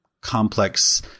complex